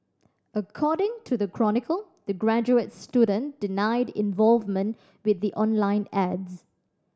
according to the Chronicle the graduate student denied involvement with the online ads